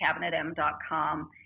cabinetm.com